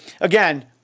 again